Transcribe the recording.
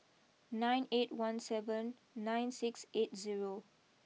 nine eight one seven nine six eight zero